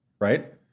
right